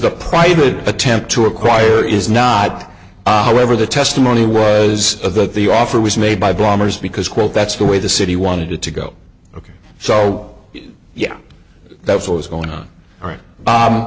the private attempt to acquire is not however the testimony was that the offer was made by bombers because quote that's the way the city wanted it to go ok so yeah that's what was going on